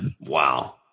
Wow